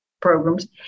Programs